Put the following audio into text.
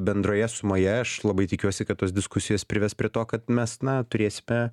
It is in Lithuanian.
bendroje sumoje aš labai tikiuosi kad tos diskusijos prives prie to kad mes na turėsime